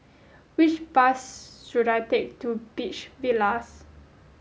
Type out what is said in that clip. which bus should I take to Beach Villas